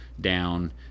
down